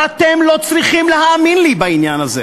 ואתם לא צריכים להאמין לי בעניין הזה,